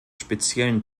speziellen